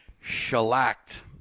shellacked